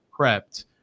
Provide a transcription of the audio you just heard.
prepped